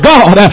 God